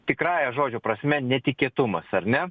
tikrąja žodžio prasme netikėtumas ar ne